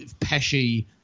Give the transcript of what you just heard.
Pesci